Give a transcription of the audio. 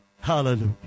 Hallelujah